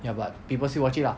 ya but people still watch it lah